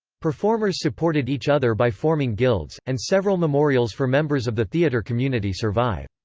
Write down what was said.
performers supported each other by forming guilds, and several memorials for members of the theatre community survive.